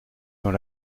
dans